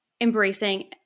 embracing